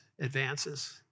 advances